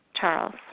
Charles